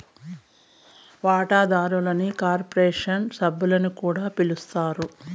వాటాదారుల్ని కార్పొరేషన్ సభ్యులని కూడా పిలస్తారు